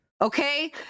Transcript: Okay